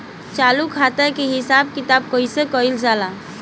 चालू खाता के हिसाब किताब कइसे कइल जाला?